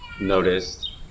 noticed